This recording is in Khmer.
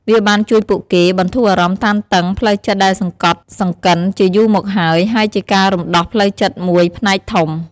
វាបានជួយពួកគេ បន្ធូរអារម្មណ៍តានតឹង ផ្លូវចិត្តដែលសង្កត់សង្កិនជាយូរមកហើយ ហើយជាការរំដោះផ្លូវចិត្តមួយផ្នែកធំ ។